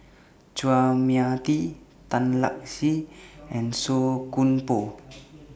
Chua Mia Tee Tan Lark Sye and Song Koon Poh